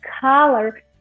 color